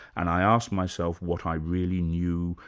and i asked myself what i really knew,